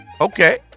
Okay